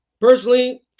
Personally